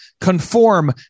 conform